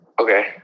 okay